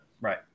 right